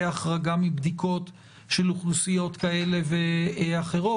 החרגה מבדיקות של אוכלוסיות כאלה ואחרות,